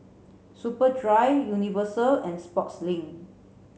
Superdry Universal and Sportslink